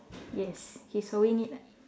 yes he's sawing it